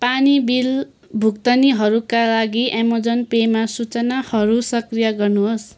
पानी बिल भुक्तानीहरूका लागि अमाजन पेमा सूचनाहरू सक्रिय गर्नुहोस्